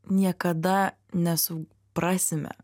niekada nesu prasime